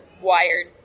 wired